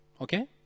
Okay